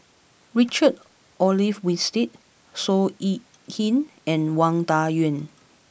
Richard Olaf Winstedt Seow Yit Kin and Wang Dayuan